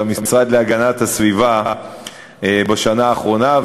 של המשרד להגנת הסביבה בשנה האחרונה,